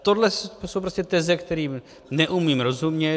Tohle jsou prostě teze, kterým neumím rozumět.